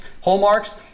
hallmarks